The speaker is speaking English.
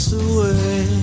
away